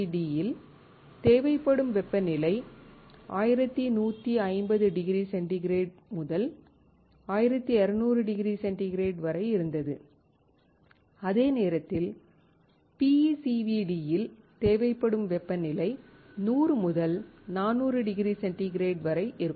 LPCVD யில் தேவைப்படும் வெப்பநிலை 1150 டிகிரி சென்டிகிரேட் முதல் 1200 டிகிரி சென்டிகிரேட் வரை இருந்தது அதே நேரத்தில் PECVD யில் தேவைப்படும் வெப்பநிலை 100 முதல் 400 டிகிரி சென்டிகிரேட் வரை இருக்கும்